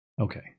Okay